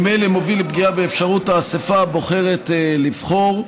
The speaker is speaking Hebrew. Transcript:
וממילא מוביל לפגיעה באפשרות האספה הבוחרת לבחור.